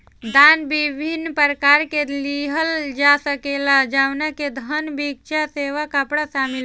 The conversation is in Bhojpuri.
दान विभिन्न प्रकार से लिहल जा सकेला जवना में धन, भिक्षा, सेवा, कपड़ा शामिल बा